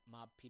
Mob